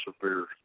severe